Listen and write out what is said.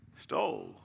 stole